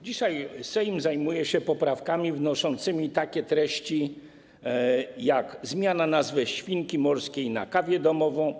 Dzisiaj Sejm zajmuje się poprawkami wnoszącymi takie treści jak zmiana nazwy świnki morskiej na nazwę kawia domowa.